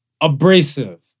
abrasive